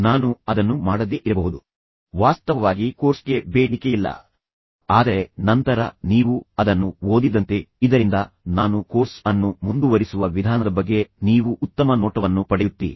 ನಾನು ಅದನ್ನು ಮಾಡದೇ ಇರಬಹುದು ಆದರೆ ನೀವು ಇದನ್ನು ಹೆಚ್ಚುವರಿ ಎಂದು ಓದಬಹುದು ಎಂದು ನಾನು ನಿಮಗೆ ಹೇಳಿದಾಗ ನಾನು ನಿರೀಕ್ಷಿಸುತ್ತೇನೆ ವಾಸ್ತವವಾಗಿ ಕೋರ್ಸ್ಗೆ ಬೇಡಿಕೆಯಿಲ್ಲ ಆದರೆ ನಂತರ ನೀವು ಅದನ್ನು ಓದಿದಂತೆ ಇದರಿಂದ ನಾನು ಕೋರ್ಸ್ ಅನ್ನು ಮುಂದುವರಿಸುವ ವಿಧಾನದ ಬಗ್ಗೆ ನೀವು ಉತ್ತಮ ನೋಟವನ್ನು ಪಡೆಯುತ್ತೀರಿ